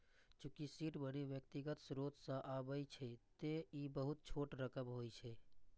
चूंकि seed money व्यक्तिगत स्रोत सं आबै छै, तें ई बहुत छोट रकम होइ छै